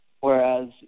Whereas